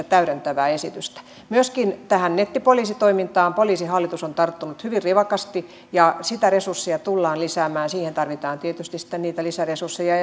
täydentävää esitystä myöskin tähän nettipoliisitoimintaan poliisihallitus on tarttunut hyvin rivakasti ja niitä resursseja tullaan lisäämään ja siihen tarvitaan tietysti sitten niitä lisäresursseja